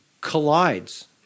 collides